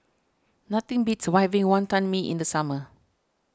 nothing beats Wantan Mee in the summer